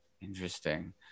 Interesting